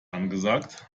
angesagt